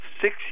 six